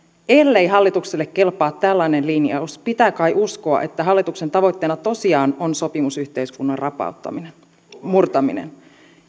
ellei hallitukselle kelpaa tällainen linjaus pitää kai uskoa että hallituksen tavoitteena tosiaan on sopimusyhteiskunnan murtaminen